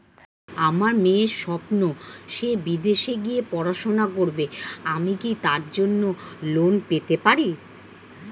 আমার মেয়ের স্বপ্ন সে বিদেশে গিয়ে পড়াশোনা করবে আমি কি তার জন্য লোন পেতে পারি?